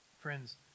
Friends